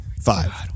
Five